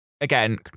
again